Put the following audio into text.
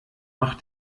mach